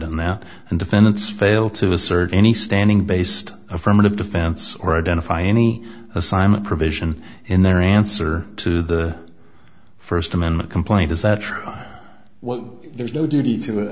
d now and defendants fail to assert any standing based affirmative defense or identify any assignment provision in their answer to the first amendment complaint is that true well there's no duty to